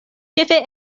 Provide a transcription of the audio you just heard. ĉefe